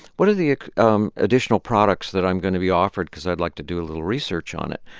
what are the um additional products that i'm going to be offered? because i'd like to do a little research on it.